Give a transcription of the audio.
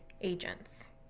agents